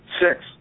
Six